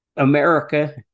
America